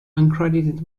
uncredited